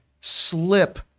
slip